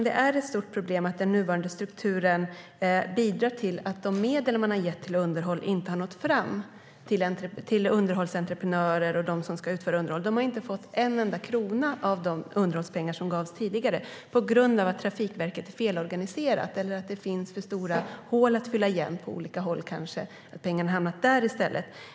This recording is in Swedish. Det är ett stort problem att den nuvarande strukturen bidrar till att de medel man har gett till underhåll inte har nått fram till underhållsentreprenörer och dem som ska utföra underhåll. De har inte fått en enda krona av de underhållspengar som gavs tidigare på grund av att Trafikverket är felorganiserat eller att det kanske finns för stora hål att fylla igen på olika håll. Pengarna kan ha hamnat där i stället.